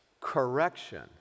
correction